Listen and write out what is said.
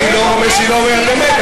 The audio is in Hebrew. אני לא רומז שהיא לא אומרת אמת,